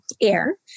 air